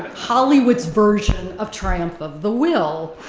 hollywood's version of triumph of the will.